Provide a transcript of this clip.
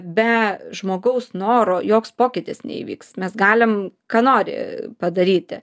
be žmogaus noro joks pokytis neįvyks mes galim ką nori padaryti